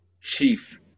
Chief